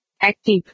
Active